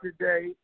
today